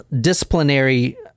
disciplinary